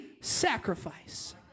sacrifice